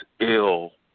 ill